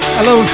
Hello